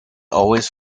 always